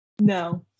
No